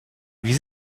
wie